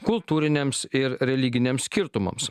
kultūriniams ir religiniams skirtumams